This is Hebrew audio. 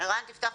לפתוח